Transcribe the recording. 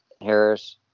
Harris